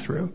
through